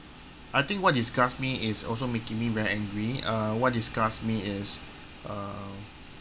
I think what disgusts me is also making me very angry uh what disgusts me is err